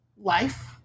life